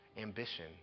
Ambition